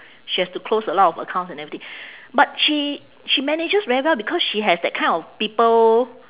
she has to close a lot of accounts and everything but she she manages very well because she has that kind of people